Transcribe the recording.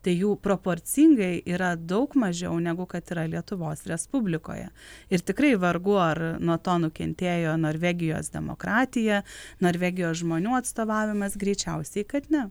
tai jų proporcingai yra daug mažiau negu kad yra lietuvos respublikoje ir tikrai vargu ar nuo to nukentėjo norvegijos demokratija norvegijos žmonių atstovavimas greičiausiai kad ne